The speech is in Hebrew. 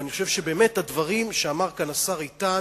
ואני חושב שהדברים שאמר כאן השר איתן,